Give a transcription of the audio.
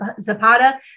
Zapata